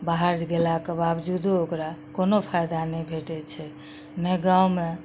बाहर गेलाके बावजूदो ओकरा कोनो फाइदा नहि भेटय छै ने गाँवमे